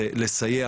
זה לסייע,